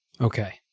Okay